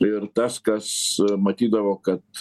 ir tas kas matydavo kad